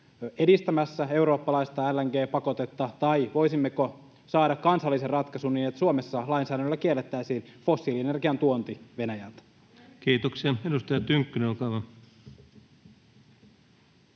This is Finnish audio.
edistämässä eurooppalaista LNG-pakotetta, tai voisimmeko saada kansallisen ratkaisun, niin että Suomessa lainsäädännöllä kiellettäisiin fossiilienergian tuonti Venäjältä? [Mai Kivelä: Erittäin hyvä